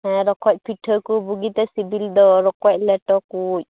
ᱦᱮᱸ ᱨᱚᱠᱚᱡ ᱯᱤᱴᱷᱟ ᱠᱚ ᱵᱩᱜᱤᱛᱮ ᱥᱤᱵᱤᱞ ᱫᱚ ᱨᱚᱠᱚᱡ ᱞᱮᱴᱚ ᱠᱚ